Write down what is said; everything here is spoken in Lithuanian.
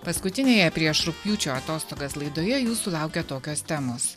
paskutinėje prieš rugpjūčio atostogas laidoje jūsų laukia tokios temos